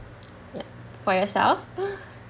yup for yourself